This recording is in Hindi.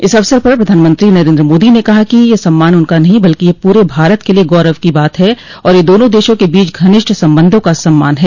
इस अवसर पर प्रधानमंत्री नरेन्द्र मोदी ने कहा कि यह सम्मान उनका नहीं बल्कि यह पूर भारत के लिये गौरव की बात है और यह दोनों देशों के बीच घनिष्ठ संबंधों का सम्मान है